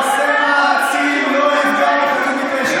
עושה מאמצים לא לפגוע בחפים מפשע,